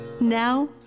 now